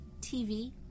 tv